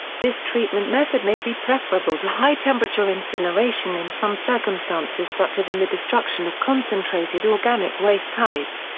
this treatment method may be preferable to high temperature incineration in some circumstances such as in the destruction of concentrated organic waste types,